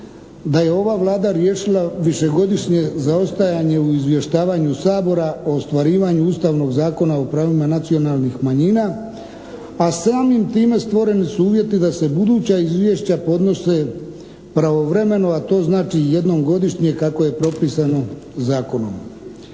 da je ova Vlada riješila višegodišnje zaostajanje u izvještavanju Sabora o ostvarivanju Ustavnog zakona o pravima nacionalnih manjina a samim time stvoreni su uvjeti da se buduća izvješća podnose pravovremeno a to znači jednom godišnje kako je propisano zakonom.